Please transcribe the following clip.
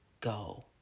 go